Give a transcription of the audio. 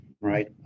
right